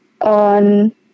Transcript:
on